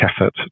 effort